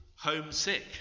Homesick